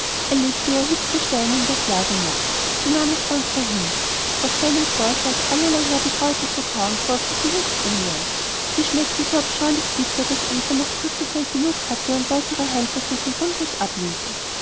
er legte ihr erhitzte steine in das lagermoos sie nahm es dankbar hin doch seinem vorschlag allerlei herbe kräuter zu kauen folgte sie höchst ungern sie schmeckten so abscheulich bitter daß eva nach kurzer zeit genug hatte und weitere heilversuche rundweg ablehnte